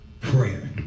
prayer